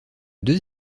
deux